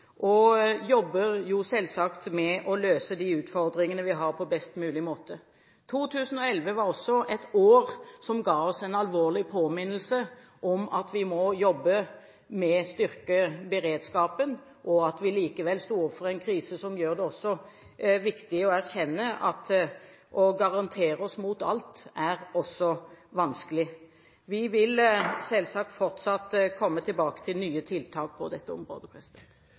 selvsagt med å møte de utfordringene vi har, på best mulig måte. 2011 var også et år som ga oss en alvorlig påminnelse om at vi må jobbe med å styrke beredskapen, og at vi likevel sto overfor en krise som gjør det viktig å erkjenne at det å gardere seg mot alt, også er vanskelig. Vi vil selvsagt fortsatt komme tilbake til nye tiltak på dette området.